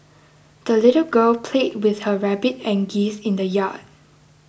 the little girl played with her rabbit and geese in the yard